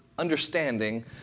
understanding